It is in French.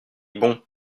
bons